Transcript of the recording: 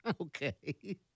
Okay